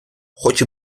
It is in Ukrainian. хоч